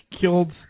killed